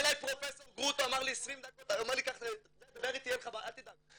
בא אליי פרופ' גרוטו אומר לי דבר איתי, אל תדאג.